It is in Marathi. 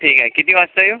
ठीक आहे किती वाजता येऊ